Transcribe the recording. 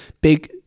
big